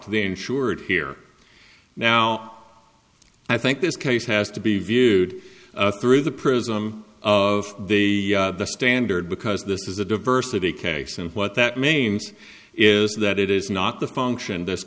to the insured here now i think this case has to be viewed through the prism of the standard because this is a diversity case and what that means is that it is not the function this